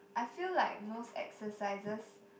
I feel like most exercises